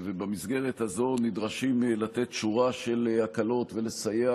ובמסגרת הזו נדרשים לתת שורה של הקלות ולסייע